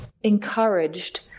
encouraged